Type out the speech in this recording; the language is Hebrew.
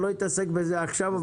אני לא אעסוק בזה עכשיו,